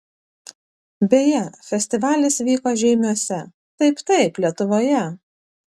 beje festivalis vyko žeimiuose taip taip lietuvoje